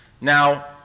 Now